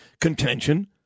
contention